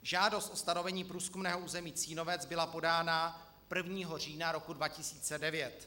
Žádost o stanovení průzkumného území Cínovec byla podána 1. října roku 2009.